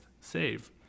save